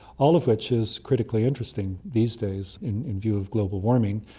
all of which is critically interesting. these days, in in view of global warming,